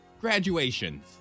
graduations